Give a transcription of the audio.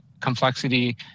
complexity